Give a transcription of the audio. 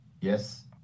Yes